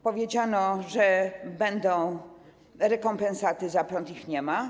Powiedziano, że będą rekompensaty za prąd, a ich nie ma.